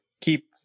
keep